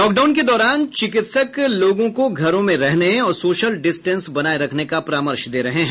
lockdown के दौरान चिकित्सक लोगों को घरों में रहने और सोशल डिस्टेंस बनाये रखने का परामर्श दे रहे हैं